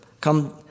come